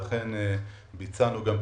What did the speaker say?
ואכן ביצענו את השינויים.